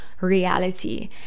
reality